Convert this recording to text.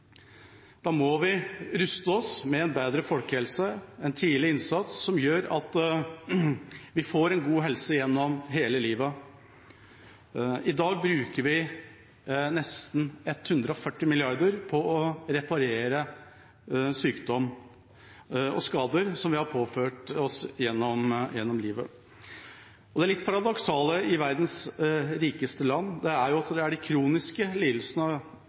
Da må vi ruste oss med en bedre folkehelse, en tidlig innsats som gjør at vi får god helse gjennom hele livet. I dag bruker vi nesten 140 mrd. kr på å reparere sykdom og skader som vi har påført oss gjennom livet. Det litt paradoksale i verdens rikeste land er at det er de kroniske lidelsene og de ikke-smittsomme sykdommene som vokser. I et land som har verdens største tetthet av